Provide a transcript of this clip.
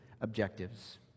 objectives